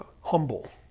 humble